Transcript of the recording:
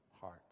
heart